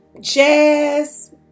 jazz